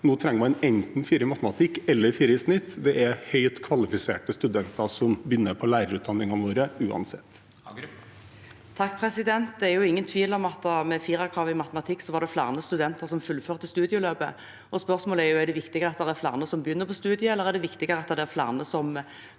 Nå trenger man enten fire i matematikk eller fire i snitt. Det er uansett høyt kvalifiserte studenter som begynner på lærerutdanningene våre. Margret Hagerup (H) Det er ingen tvil om at med firerkravet i matematikk var det flere studenter som fullførte studieløpet. Spørsmålet er: Er det viktigere at det er flere som begynner på studiet, eller er det viktigere at det er flere som